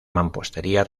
mampostería